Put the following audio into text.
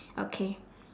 okay